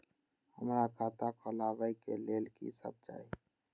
हमरा खाता खोलावे के लेल की सब चाही?